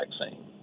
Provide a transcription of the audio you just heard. vaccine